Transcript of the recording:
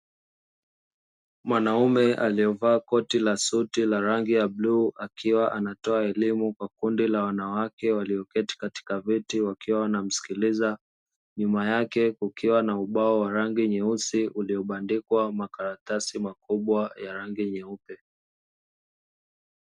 Mwanaume aliyevaa koti la suti la rangi ya bluu, akiwa anatoa elimu kwa kundi la wanawake walioketi katika viti, wakiwa wanamsikiliza. Nyuma yake kukiwa na ubao wa rangi nyeusi uliobandikwa makaratasi makubwa ya rangi nyeupe.